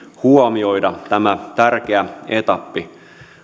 huomioida tämä tärkeä etappi